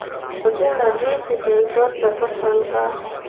लसुन ल ड्रिप सिंचाई कर सकत हन का?